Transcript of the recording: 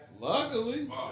Luckily